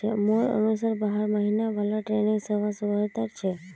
मोर अनुसार बारह महिना वाला ट्रेनिंग सबस बेहतर छ